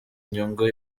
inyungu